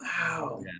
Wow